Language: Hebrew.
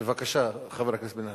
בבקשה, חבר הכנסת בן-ארי.